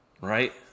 right